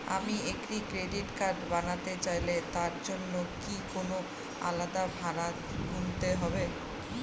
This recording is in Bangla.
আমি একটি ক্রেডিট কার্ড বানাতে চাইলে তার জন্য কি কোনো আলাদা ভাড়া গুনতে হবে?